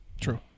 true